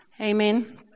Amen